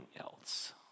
else